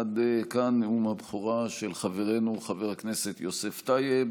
עד כאן נאום הבכורה של חברנו חבר הכנסת יוסף טייב.